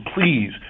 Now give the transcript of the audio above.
please